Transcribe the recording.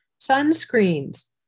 Sunscreens